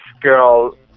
girl